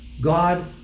God